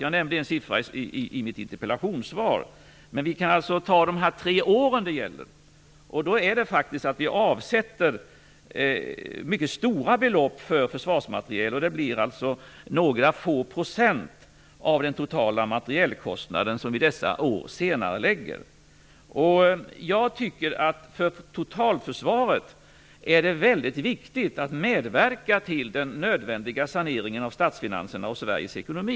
Jag nämnde en siffra i mitt interpellationssvar. Vi kan ta de tre år det gäller. Då är det faktiskt så att vi avsätter mycket stora belopp till försvarsmateriel. Det blir några få procent av den totala materielkostnaden som vi dessa år senarelägger. Jag tycker att det för totalförsvaret är väldigt viktigt att medverka till den nödvändiga saneringen av statsfinanserna och av Sverige ekonomi.